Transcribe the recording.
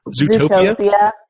Zootopia